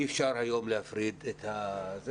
אי אפשר היום להפריד את זה.